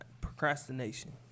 procrastination